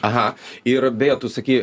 aha ir beje tu sakei